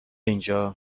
اینجا